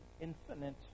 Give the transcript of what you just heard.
infinite